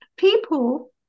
people